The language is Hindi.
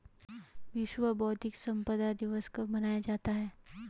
विश्व बौद्धिक संपदा दिवस कब मनाया जाता है?